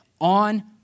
on